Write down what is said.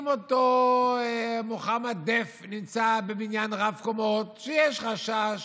אם אותו מוחמד דף נמצא בבניין רב-קומות ויש חשש